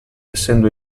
essendo